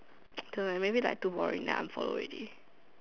don't know leh maybe like too boring then I unfollow already